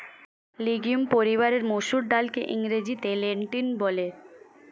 legume পরিবারের মুসুর ডালকে ইংরেজিতে লেন্টিল বলে